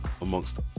amongst